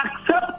accept